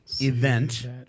event